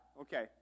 okay